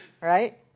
right